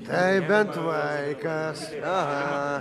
tai bent vaikas aha